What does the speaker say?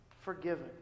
forgiven